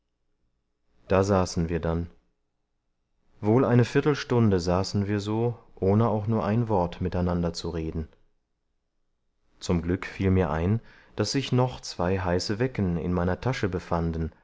da saßen wir denn wohl eine viertelstunde saßen wir so ohne auch nur ein wort miteinander zu reden zum glück fiel mir ein daß sich noch zwei heißewecken in meiner tasche befanden